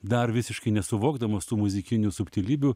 dar visiškai nesuvokdamas tų muzikinių subtilybių